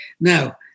Now